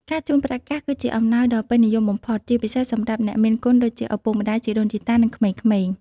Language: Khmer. ការជូនប្រាក់កាស គឺជាអំណោយដ៏ពេញនិយមបំផុត ជាពិសេសសម្រាប់អ្នកមានគុណដូចជា ឪពុកម្តាយ ជីដូនជីតា និងក្មេងៗ។